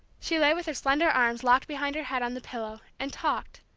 she lay with her slender arms locked behind her head on the pillow, and talked,